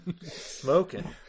Smoking